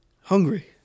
hungry